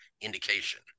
indication